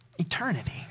Eternity